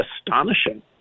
astonishing